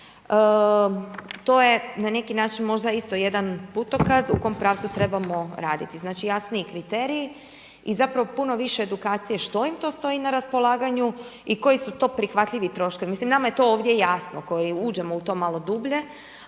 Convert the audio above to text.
To je na neki način možda isto jedan putokaz u kom pravcu trebamo raditi. Znači jasniji kriteriji i zapravo puno više edukacije što im to stoji na raspolaganju i koji su to prihvatljivi troškovi. Mislim nama je to ovdje jasno koji uđemo u to malo dublje